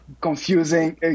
confusing